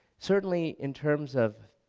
certainly in terms of